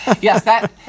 yes